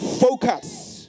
focus